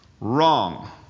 Wrong